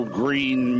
green